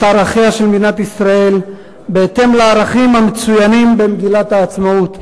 ערכיה של מדינת ישראל בהתאם לערכים המצוינים במגילת העצמאות.